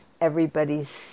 everybody's